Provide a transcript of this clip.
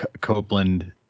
Copeland